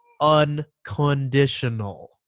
unconditional